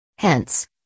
Hence